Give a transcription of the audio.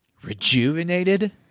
Rejuvenated